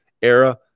era